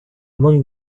among